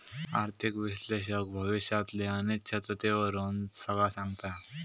आर्थिक विश्लेषक भविष्यातली अनिश्चिततेवरून सगळा सांगता